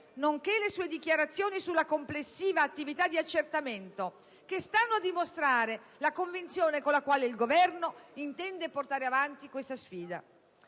nonché le sue dichiarazioni sulla complessiva attività di accertamento, che stanno a dimostrare la convinzione con la quale il Governo intende portare avanti questa sfida.